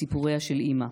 מסיפוריה של אימא.